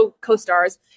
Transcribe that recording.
co-stars